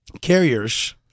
Carriers